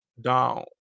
down